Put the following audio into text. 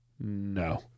no